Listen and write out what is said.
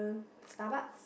Starbucks